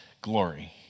glory